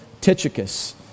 Tychicus